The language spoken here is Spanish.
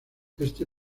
este